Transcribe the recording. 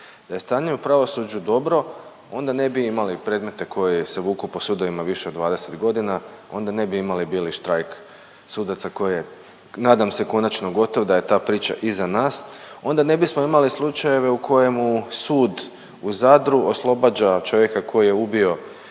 Da je stanje u pravosuđu dobro onda ne bi imali predmete koji se vuku po sudovima više od 20 godina, onda ne bi imali bijeli štrajk sudaca koji je nadam se konačno gotov da je ta priča iza nas, onda ne bismo imali slučajeve u kojemu sud u Zadru oslobađa čovjeka koji je ubio